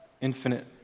Infinite